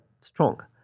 strong